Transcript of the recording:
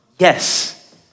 Yes